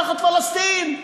"רחת פלסטין",